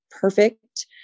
perfect